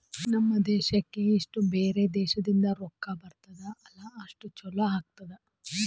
ನಮ್ ದೇಶಕ್ಕೆ ಎಸ್ಟ್ ಬ್ಯಾರೆ ದೇಶದಿಂದ್ ರೊಕ್ಕಾ ಬರ್ತುದ್ ಅಲ್ಲಾ ಅಷ್ಟು ಛಲೋ ಆತ್ತುದ್